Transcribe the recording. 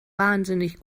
wahnsinnig